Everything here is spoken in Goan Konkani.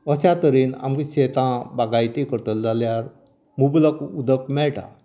अश्या तरेन आमकां शेतां बागायती करतले जाल्यार उपलब्द उदक मेळटा